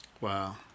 Wow